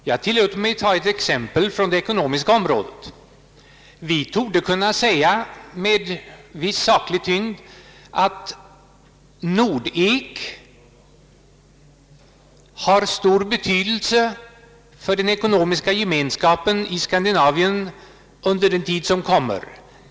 Jag tillåter mig ta ett exempel från det ekonomiska området. Man torde kunna säga med viss saklig tyngd att Nordek i framtiden kommer att få stor betydelse för den ekonomiska gemenskapen i Skandinavien.